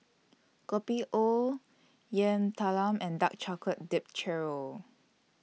Kopi O Yam Talam and Dark Chocolate Dipped Churro